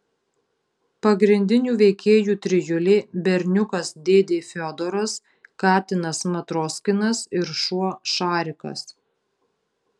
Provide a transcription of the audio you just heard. pagrindinių veikėjų trijulė berniukas dėdė fiodoras katinas matroskinas ir šuo šarikas